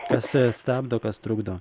kas stabdo kas trukdo